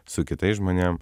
su kitais žmonėm